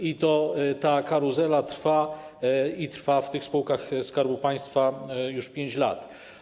I ta karuzela trwa i trwa w tych spółkach Skarbu Państwa już 5 lat.